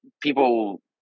people